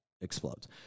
explodes